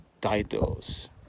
titles